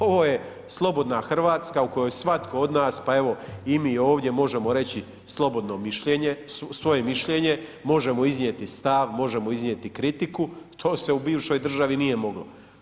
Ovo je slobodna Hrvatska u kojoj svatko od nas, pa evo i mi ovdje možemo reći slobodno mišljenje, svoje mišljenje, možemo iznijeti stav, možemo iznijeti kritiku, to se u bivšoj državi nije moglo.